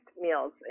meals